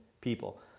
people